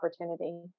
opportunity